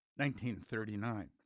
1939